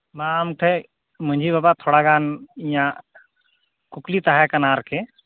ᱢᱟ ᱟᱢ ᱴᱷᱮᱱ ᱢᱟᱺᱡᱷᱤ ᱵᱟᱵᱟ ᱛᱷᱚᱲᱟᱜᱟᱱ ᱤᱧᱟᱹᱜ ᱠᱩᱠᱞᱤ ᱛᱟᱦᱮᱸ ᱠᱟᱱᱟ ᱟᱨᱠᱤ